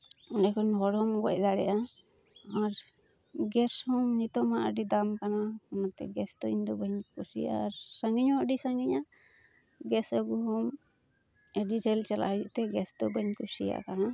ᱚᱱᱟᱛᱮ ᱦᱚᱲᱦᱚᱸᱢ ᱜᱚᱡ ᱫᱟᱲᱮᱜᱼᱟ ᱟᱨ ᱜᱮᱥᱦᱚᱸ ᱱᱤᱛᱚᱝᱢᱟ ᱟᱹᱰᱤ ᱫᱟᱢ ᱠᱟᱱᱟ ᱤᱱᱟᱹᱛᱮ ᱜᱮᱥᱫᱚ ᱤᱧᱫᱚ ᱵᱟᱹᱧ ᱠᱩᱥᱤᱭᱟᱜᱼᱟ ᱟᱨ ᱥᱟᱺᱜᱤᱧᱦᱚᱸ ᱟᱹᱰᱤ ᱥᱟᱺᱜᱤᱧᱟ ᱜᱮᱥ ᱟᱹᱜᱩᱦᱚᱸ ᱟᱹᱰᱤ ᱡᱷᱟᱹᱞ ᱪᱟᱞᱟᱜ ᱦᱩᱭᱩᱜᱛᱮ ᱜᱮᱥ ᱫᱚ ᱵᱟᱹᱧ ᱠᱩᱥᱤᱭᱟᱜ ᱠᱟᱱᱟ